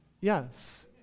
yes